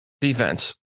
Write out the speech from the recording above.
Defense